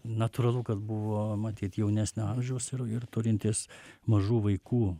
natūralu kad buvo matyt jaunesnio amžiaus ir ir turintys mažų vaikų